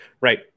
right